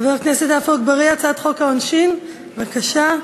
חבר הכנסת אגבאריה, הצעת חוק העונשין, בבקשה.